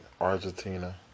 Argentina